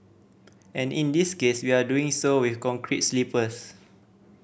and in this case we are doing so with concrete sleepers